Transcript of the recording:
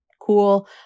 cool